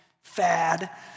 fad